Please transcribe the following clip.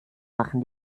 machen